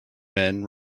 men